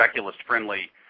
speculist-friendly